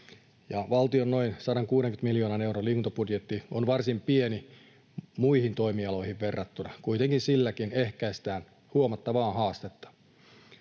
Valtion noin 160 miljoonan euron liikuntabudjetti on varsin pieni muihin toimialoihin verrattuna, kuitenkin silläkin ehkäistään huomattavaa haastetta.